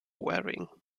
wearing